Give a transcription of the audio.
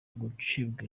gucibwa